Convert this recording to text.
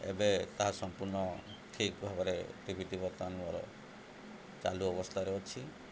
ଏବେ ତାହା ସମ୍ପୂର୍ଣ୍ଣ ଠିକ୍ ଭାବରେ ଟିଭିଟି ବର୍ତ୍ତମାନ ଚାଲୁ ଅବସ୍ଥାରେ ଅଛି